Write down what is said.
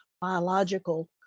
biological